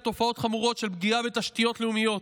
תופעות חמורות של פגיעה בתשתיות לאומיות: